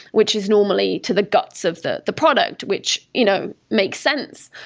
which is normally to the guts of the the product which you know makes sense.